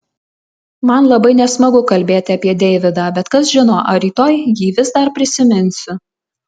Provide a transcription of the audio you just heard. man labai nesmagu kalbėti apie deividą bet kas žino ar rytoj jį vis dar prisiminsiu